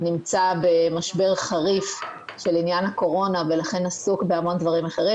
נמצא במשבר חריף של עניין הקורונה ולכן עסוק בהמון דברים אחרים.